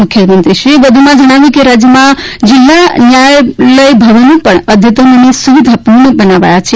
મુખ્યમંત્રીશ્રીએ વધુમાં જણાવ્યું હતું કે રાજ્યમાં જિલ્લા ન્યાયલય ભવનો પણ અદ્યતન અને સુવિધાપૂર્ણ બનાવાયા છે